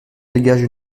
dégage